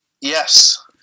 Yes